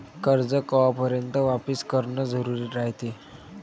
कर्ज कवापर्यंत वापिस करन जरुरी रायते?